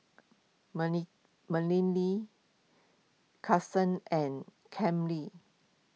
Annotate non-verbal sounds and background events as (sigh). (unintelligible) Marilee Kason and Cammie